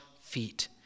feet